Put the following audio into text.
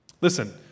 Listen